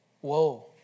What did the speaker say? Whoa